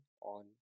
on